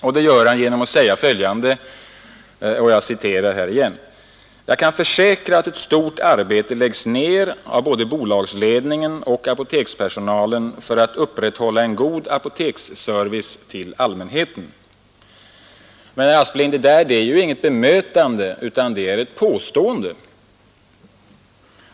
Det gör socialministern genom att säga följande: ”Jag kan försäkra att ett stort arbete läggs ner både av bolagsledningen och apotekspersonalen för att upprätthålla en god apoteksservice till allmänheten.” Men, herr Aspling, det där är ju inget bemötande, utan det är ett påstående.